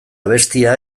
abestia